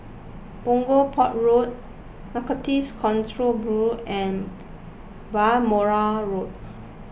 Punggol Port Road Narcotics Control Bureau and Balmoral Road